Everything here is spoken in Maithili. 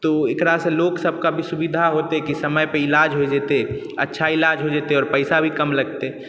तो एकरासँ लोक सभके भी काफी सुविधा होतै कि समयपर इलाज होए जेतै अच्छा इलाज हो जेतै आओर पैसा भी कम लगतै